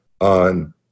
on